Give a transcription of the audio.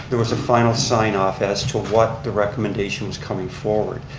there was a final sign-off as to what the recommendation was coming forward.